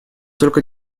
только